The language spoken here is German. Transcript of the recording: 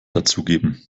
dazugeben